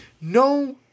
no